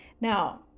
Now